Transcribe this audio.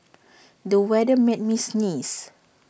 the weather made me sneeze